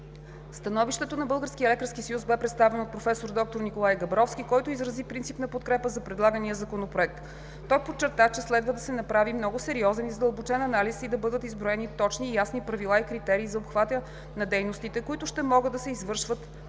Становището на Българския лекарски съюз беше представено от професор доктор Николай Габровски, който изрази принципна подкрепа за предлагания законопроект. Той подчерта, че следва да се направи много сериозен и задълбочен анализ и да бъдат изработени точни и ясни правила и критерии за обхвата на дейностите, които ще може да се извършват самостоятелно